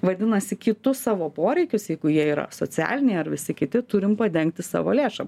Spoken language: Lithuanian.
vadinasi kitus savo poreikius jeigu jie yra socialiniai ar visi kiti turim padengti savo lėšom